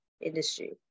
industry